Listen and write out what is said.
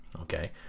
Okay